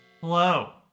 Hello